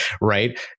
right